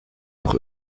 nach